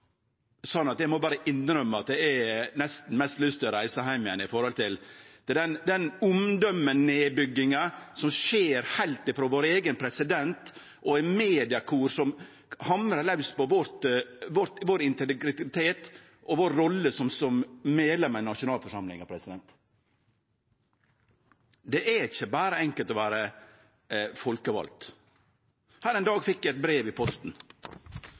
Eg må berre innrømme at eg har nesten mest lyst til å reise heim att på grunn av den nedbygginga av omdømet som skjer frå vår eigen president og eit mediekor som hamrar laus på vår integritet og vår rolle som medlemer av nasjonalforsamlinga. Det er ikkje berre enkelt å vere folkevald. Her ein dag fekk eg eit brev i posten,